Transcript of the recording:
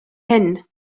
hyn